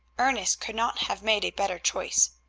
ernest could not have made a better choice.